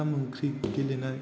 ओंखाम ओंख्रि गेलेनाय